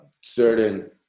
certain